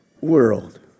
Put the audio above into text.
world